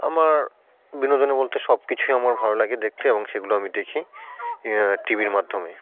আমার বিনোদনে বলতে সব কিছুই আমার ভালো লাগে দেখতে এবং সেগুলো আমি দেখি ইয়ে টি ভির মাধ্যমে